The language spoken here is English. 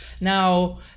Now